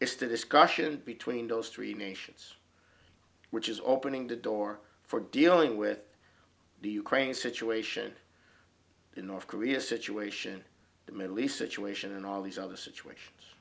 is the discussion between those three nations which is opening the door for dealing with the ukraine situation in north korea situation the middle east situation and all these other situations